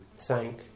thank